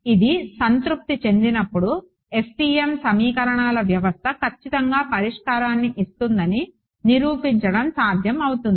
ఇది సంతృప్తి చెందినప్పుడు FEM సమీకరణాల వ్యవస్థ కచ్చితంగా పరిష్కారాన్ని ఇస్తుందని నిరూపించడం సాధ్యమవుతుంది